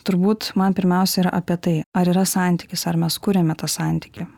turbūt man pirmiausia yra apie tai ar yra santykis ar mes kuriame tą santykį